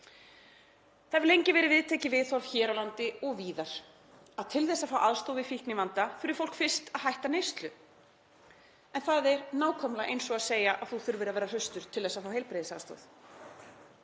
Það hefur lengi verið viðtekið viðhorf hér á landi og víðar að til að fá aðstoð við fíknivanda þurfi fólk fyrst að hætta neyslu. En það er nákvæmlega eins og að segja að þú þurfir að vera hraustur til að fá heilbrigðisaðstoð.